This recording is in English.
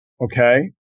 Okay